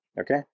Okay